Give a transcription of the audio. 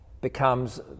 becomes